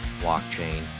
blockchain